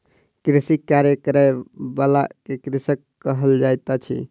कृषिक कार्य करय बला के कृषक कहल जाइत अछि